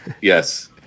Yes